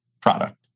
product